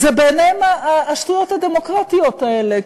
זה בעיניהם השטויות הדמוקרטיות האלה,